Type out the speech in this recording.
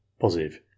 positive